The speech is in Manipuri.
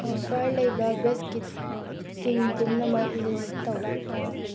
ꯑꯣꯐꯔ ꯂꯩꯕ ꯕꯤꯁꯀꯨꯠꯁꯤꯡ ꯄꯨꯝꯅꯃꯛ ꯂꯤꯁ ꯇꯧ